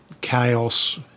chaos